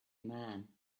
man